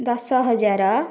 ଦଶ ହଜାର